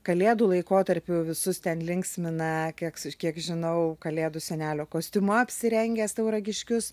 kalėdų laikotarpiu visus ten linksmina keks kiek žinau kalėdų senelio kostiumu apsirengęs tauragiškius